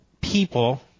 people